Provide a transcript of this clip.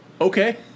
okay